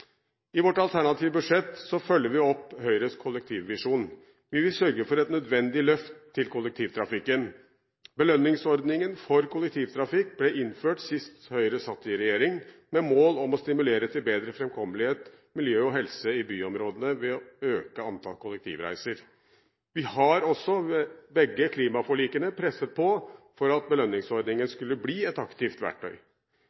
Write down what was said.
I vårt alternative budsjett følger vi opp Høyres kollektivvisjon. Vi vil sørge for et nødvendig løft til kollektivtrafikken. Belønningsordningen for kollektivtransport ble innført sist Høyre satt i regjering, med mål om å stimulere til bedre framkommelighet, miljø og helse i byområdene ved å øke antallet kollektivreiser. Vi har også ved begge klimaforlikene presset på for at belønningsordningen